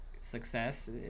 success